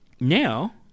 now